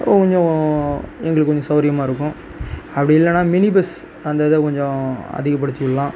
கொஞ்சம் எங்களுக்கு கொஞ்சம் சௌரியமாக இருக்கும் அப்படி இல்லைனா மினி பஸ் அந்த இதை கொஞ்சம் அதிகப்படுத்திவிட்லாம்